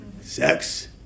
sex